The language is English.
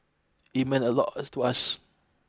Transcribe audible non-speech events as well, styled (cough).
it meant a lot (unintelligible) to us